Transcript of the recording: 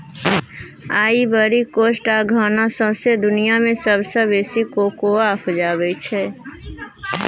Ivory Coast आ Ghana सौंसे दुनियाँ मे सबसँ बेसी कोकोआ उपजाबै छै